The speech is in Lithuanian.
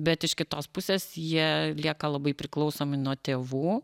bet iš kitos pusės jie lieka labai priklausomi nuo tėvų